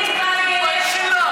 תתביישי לך.